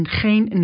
geen